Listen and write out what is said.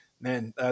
man